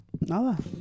Nada